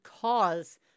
cause